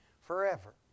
forever